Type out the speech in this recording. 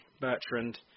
Bertrand